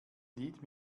lied